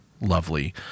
lovely